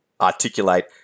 articulate